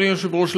אדוני היושב-ראש,